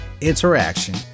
interaction